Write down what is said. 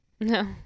No